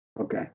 Okay